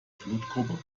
blutgruppe